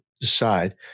decide